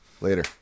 Later